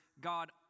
God